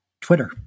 Twitter